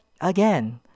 again